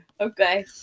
Okay